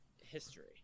history